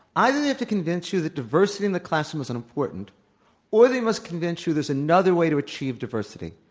i don't have to convince you that diversity in the classroom is unimportant or they must convince you there's another way to achieve diversity.